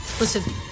Listen